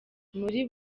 muri